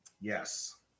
yes